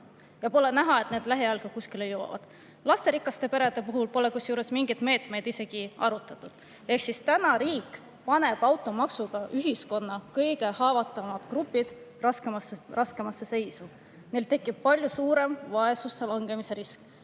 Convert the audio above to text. ja pole näha, et nendega lähiajal ka kuskile jõutakse. Lasterikaste perede puhul pole kusjuures mingeid meetmeid isegi arutatud. Ehk siis täna riik paneb automaksuga ühiskonna kõige haavatavamad grupid raskemasse seisu. Meil tekib palju suurem vaesusse langemise risk,